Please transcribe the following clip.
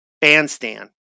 bandstand